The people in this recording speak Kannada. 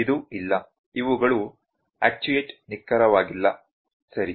ಇದು ಇಲ್ಲ ಇವುಗಳು ಆಕ್ಚುಯೇಟ್ ನಿಖರವಾಗಿಲ್ಲ ಸರಿ